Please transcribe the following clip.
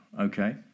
okay